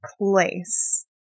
place